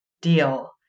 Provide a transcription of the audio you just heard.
deal